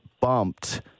bumped